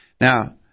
Now